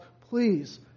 please